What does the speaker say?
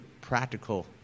practical